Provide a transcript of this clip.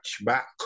back